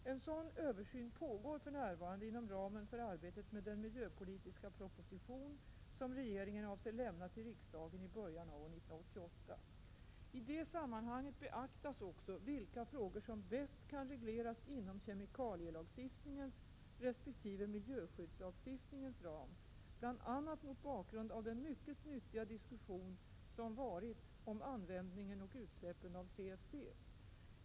En sådan översyn pågår för närvarande inom ramen för arbete med den miljöpolitiska proposition som regeringen avser att lämna till riksdagen i början av år 1988. I det sammanhanget beaktas också vilka frågor som bäst kan regleras inom kemikalielagstiftningens resp. miljöskyddslagstiftningens ram, bl.a. mot bakgrund av den mycket nyttiga diskussion som varit om användningen och utsläppen av CFC.